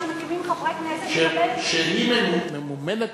מי מממן את